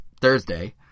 Thursday